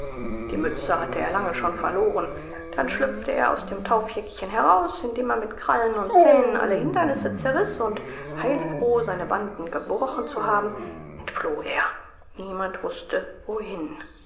die mütze hatte er lange schon verloren dann schlüpfte er aus dem taufjäckchen heraus indem er mit krallen und zähnen alle hindernisse zerriß und heilfroh seine banden gebrochen zu haben entfloh er niemand wußte wohin